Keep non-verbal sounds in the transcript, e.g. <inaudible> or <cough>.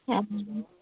<unintelligible>